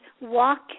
walk